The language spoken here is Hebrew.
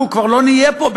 הוא כבר לא נהיה פה,